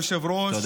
כבוד היושב-ראש,